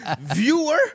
viewer